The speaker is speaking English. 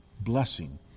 blessing